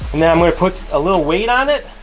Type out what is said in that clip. and then i'm gonna put a little weight on it,